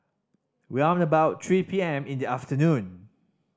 round about three P M in the afternoon